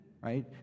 right